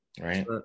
right